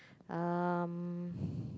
um